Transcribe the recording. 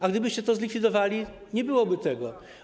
A gdybyście to zlikwidowali, nie byłoby tego.